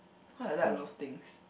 cause I like a lot of things